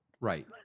right